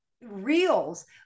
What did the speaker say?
reels